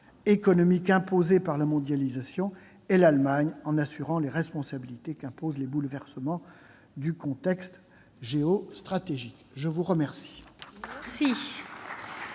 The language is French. économique imposées par la mondialisation, et l'Allemagne en assumant les responsabilités qu'imposent les bouleversements du contexte géostratégique. La parole